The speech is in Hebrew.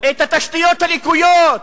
את התשתיות הלקויות,